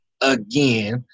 again